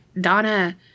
Donna